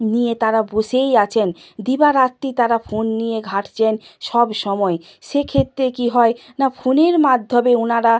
নিয়ে তারা বসেই আছেন দিবারাত্রি তারা ফোন নিয়ে ঘাঁটছেন সবসময় সেক্ষেত্রে কী হয় না ফোনের মাধ্যমে ওনারা